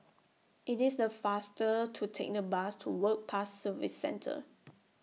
IT IS The faster to Take The Bus to Work Pass Services Centre